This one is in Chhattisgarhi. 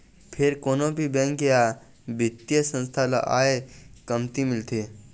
फेर कोनो भी बेंक या बित्तीय संस्था ल आय कमती मिलथे